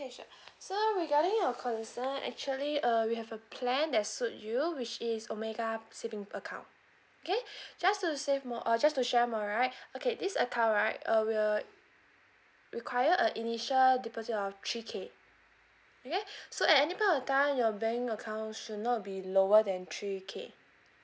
okay sure so regarding your concern actually uh we have a plan that suit you which is omega saving account okay just to save more or just to share more right okay this account right uh will require a initial deposit of three K okay so at any point of time your bank account should not be lower than three K